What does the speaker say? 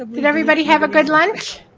ah did everybody have a good lunch?